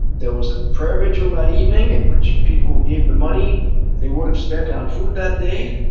there was a prayer vigil that evening in which people gave the money that they would've spend on food that day.